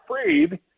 afraid